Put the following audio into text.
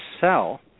sell